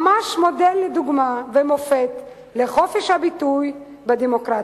ממש מודל לדוגמה ומופת לחופש הביטוי בדמוקרטיה.